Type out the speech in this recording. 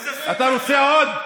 אתה רוצה עוד?